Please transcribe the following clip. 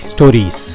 Stories